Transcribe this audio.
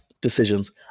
decisions